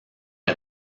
est